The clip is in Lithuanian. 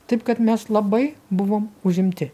taip kad mes labai buvom užimti